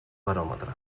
baròmetre